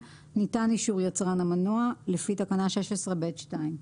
לפי תקנה 16(ב)(2).